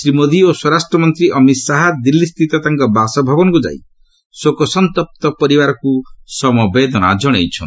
ଶ୍ରୀ ମୋଦି ଓ ସ୍ୱରାଷ୍ଟ୍ର ମନ୍ତ୍ରୀ ଅମିତ ଶାହା ଦିଲ୍ଲୀସ୍ଥିତ ତାଙ୍କ ବାସଭବନକୁ ଯାଇ ଶୋକସନ୍ତପ୍ତ ପରିବାରକୁ ସମବେଦନା ଜଣାଇଛନ୍ତି